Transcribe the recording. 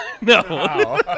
no